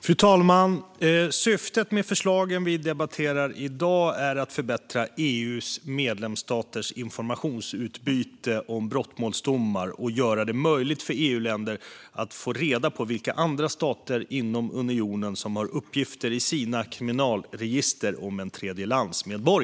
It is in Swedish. Fru talman! Syftet med förslagen vi debatterar är att förbättra EU:s medlemsstaters informationsutbyte om brottmålsdomar och göra det möjligt för EU-länder att få reda på vilka andra stater inom unionen som har uppgifter i sina kriminalregister om en tredjelandsmedborgare.